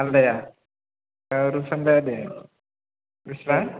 आलादाया औ रुप सान्दाया दे बेसेबां